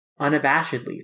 unabashedly